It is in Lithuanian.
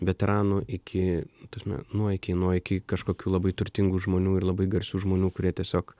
veteranų iki ta prasme nuo iki nuo iki kažkokių labai turtingų žmonių ir labai garsių žmonių kurie tiesiog